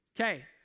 Okay